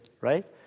right